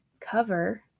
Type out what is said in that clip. cover